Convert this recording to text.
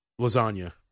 lasagna